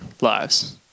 lives